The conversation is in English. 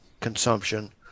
consumption